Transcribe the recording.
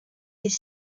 des